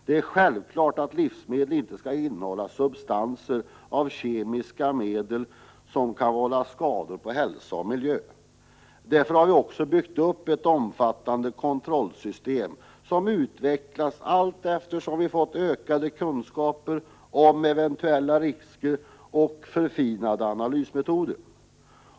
Det är självklart att livsmedel inte skall innehålla substanser av kemiska medel som kan vålla skador på hälsa och miljö. Därför har vi också byggt upp ett omfattande kontrollsystem, som utvecklats allteftersom vi har fått ökade kunskaper om eventuella risker och förfinade analysmetoder.